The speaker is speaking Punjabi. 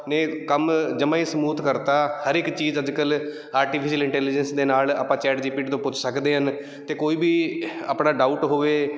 ਨੇ ਕੰਮ ਜਮਾਂ ਹੀ ਸਮੂਥ ਕਰਤਾ ਹਰ ਇੱਕ ਚੀਜ਼ ਅੱਜ ਕੱਲ੍ਹ ਆਰਟੀਫਿਸ਼ਲ ਇੰਟੈਲੀਜੈਂਸ ਦੇ ਨਾਲ ਆਪਾਂ ਚੈਟ ਜੀ ਪੀ ਟੀ ਤੋਂ ਪੁੱਛ ਸਕਦੇ ਹਨ ਅਤੇ ਕੋਈ ਵੀ ਆਪਣਾ ਡਾਊਟ ਹੋਵੇ